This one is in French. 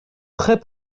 très